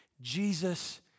Jesus